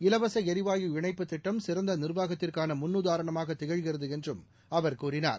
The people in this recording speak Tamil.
இலவசளிவாயு இணைப்புத் திட்டம் சிறந்தநிர்வாகத்திற்கானமுன்னுதாரணமாகதிகழ்கிறதுஎன்றும் அவர் கூறினார்